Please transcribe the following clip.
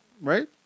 Right